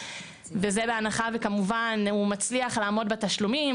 וזה בהנחה וכמובן הוא מצליח לעמוד בתשלומים,